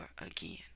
again